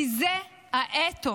כי זה האתוס